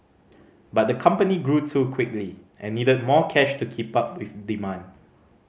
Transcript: but the company grew too quickly and needed more cash to keep up with demand